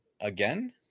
again